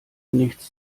nichts